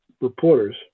reporters